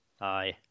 Aye